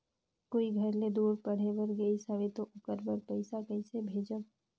कोई घर ले दूर पढ़े बर गाईस हवे तो ओकर बर पइसा कइसे भेजब?